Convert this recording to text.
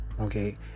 Okay